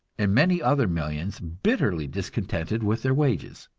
and many other millions bitterly discontented with their wages.